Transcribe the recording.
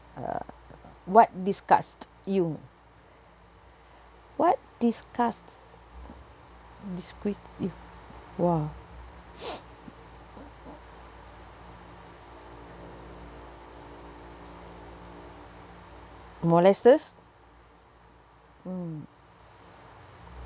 uh what disgust you what disgust descriptive !wah! molesters mm